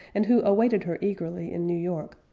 and who awaited her eagerly in new york,